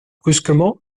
brusquement